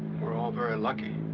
we're all very lucky.